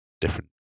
different